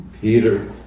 Peter